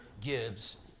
gives